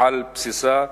על בסיסה,